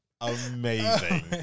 Amazing